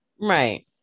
Right